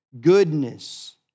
goodness